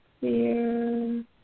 fear